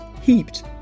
heaped